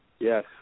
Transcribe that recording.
Yes